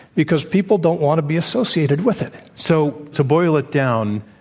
because people don't want to be associated with it. so, to boil it down,